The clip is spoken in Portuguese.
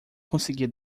conseguia